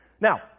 Now